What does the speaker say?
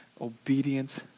obedience